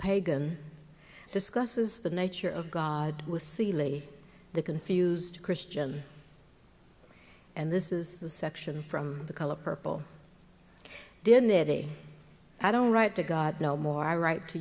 pagan discusses the nature of god was silly the confused christian and this is the section from the color purple didn't it a i don't write to god no more i write to